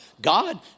God